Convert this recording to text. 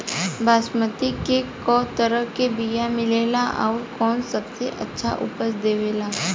बासमती के कै तरह के बीया मिलेला आउर कौन सबसे अच्छा उपज देवेला?